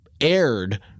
aired